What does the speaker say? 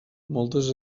moltes